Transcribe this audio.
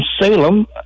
Salem